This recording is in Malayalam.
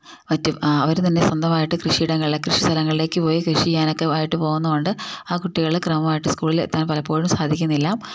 മറ്റ് ആ അവർ തന്നെ സ്വന്തമായിട്ട് കൃഷി ഇടങ്ങളിലെ കൃഷിസ്ഥലങ്ങളിലേക്ക് പോയി കൃഷി ചെയ്യാനൊക്കെ ആയിട്ട് പോകുന്നതു കൊണ്ട് ആ കുട്ടികൾ ക്രമമായിട്ട് സ്കൂളിൽ എത്താൻ പലപ്പോഴും സാധിക്കുന്നില്ല